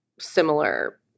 similar